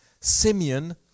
Simeon